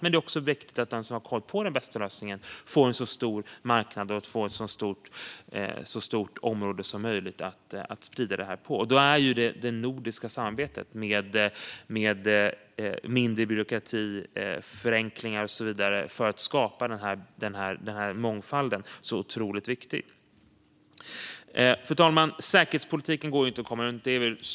Men det är också viktigt att den som kommit på den bästa lösningen får en så stor marknad och ett så stort område som möjligt att sprida det på. Då är det nordiska samarbetet, med mindre byråkrati och med förenklingar och så vidare, otroligt viktigt för att skapa mångfald. Fru talman! Säkerhetspolitiken går inte att komma runt.